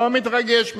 לא מתרגש מזה,